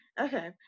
okay